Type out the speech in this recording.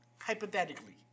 hypothetically